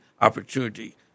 opportunity